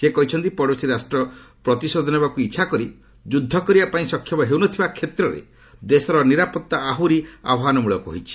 ସେ କହିଛନ୍ତି ପଡୋଶୀ ରାଷ୍ଟ୍ର ପ୍ରତିଶୋଧ ନେବାକୁ ଇଚ୍ଛା କରି ଯୁଦ୍ଧ କରିବା ପାଇଁ ସକ୍ଷମ ହେଉ ନ ଥିବା କ୍ଷେତ୍ରରେ ଦେଶର ନିରାପତ୍ତା ଆହୁରି ଆହ୍ୱାନ ମୂଳକ ହୋଇଛି